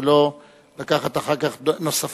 ולא לקחת אחר כך נוספות.